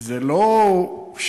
זה לא שיטה.